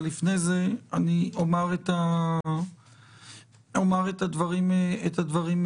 אבל לפני זה, אני אומר את הדברים הבאים